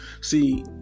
See